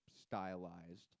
stylized